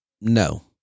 No